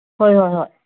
ꯍꯣꯏ ꯍꯣꯏ ꯍꯣꯏ